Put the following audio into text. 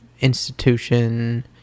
institution